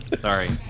Sorry